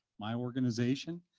my organization,